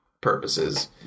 purposes